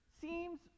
seems